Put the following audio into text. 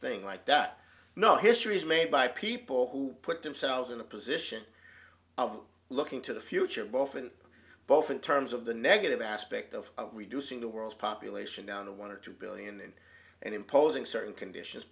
thing like that no history is made by people who put themselves in the position of looking to the future both in both in terms of the negative aspect of reducing the world's population down to one or two billion and imposing certain conditions